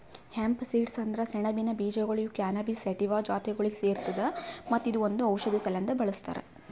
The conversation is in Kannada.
ಹೆಂಪ್ ಸೀಡ್ಸ್ ಅಂದುರ್ ಸೆಣಬಿನ ಬೀಜಗೊಳ್ ಇವು ಕ್ಯಾನಬಿಸ್ ಸಟಿವಾ ಜಾತಿಗೊಳಿಗ್ ಸೇರ್ತದ ಮತ್ತ ಇದು ಔಷಧಿ ಸಲೆಂದ್ ಬಳ್ಸತಾರ್